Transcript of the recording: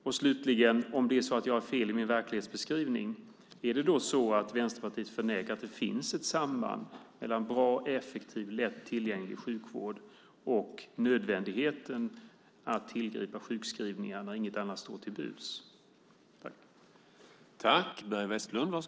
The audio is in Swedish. Och slutligen, om det är så att jag har fel i min verklighetsbeskrivning: Är det då så att Vänsterpartiet förnekar att det finns ett samband mellan bra, effektiv och tillgänglig sjukvård och nödvändigheten att tillgripa sjukskrivningar när inget annat står till buds?